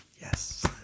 Yes